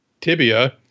tibia